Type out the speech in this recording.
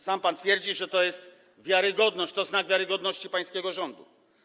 Sam pan twierdzi, że to jest wiarygodność, to znak wiarygodności pańskiego rządu.